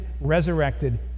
resurrected